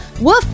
Woof